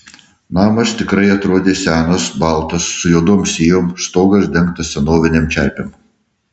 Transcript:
namas tikrai atrodė senas baltas su juodom sijom stogas dengtas senovinėm čerpėm